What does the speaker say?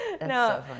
No